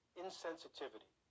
insensitivity